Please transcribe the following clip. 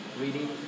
reading